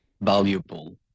valuable